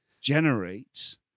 generates